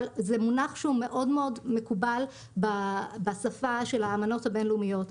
אבל זה מונח שהוא מאוד מקובל בשפה של האמנות הבין-לאומיות.